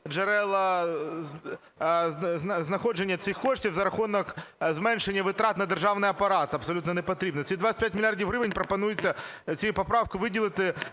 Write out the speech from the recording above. джерела знаходження цих коштів за рахунок зменшення витрат на державний апарат абсолютно непотрібний. Ці 25 мільярдів гривень пропонується цією поправкою виділити